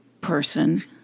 person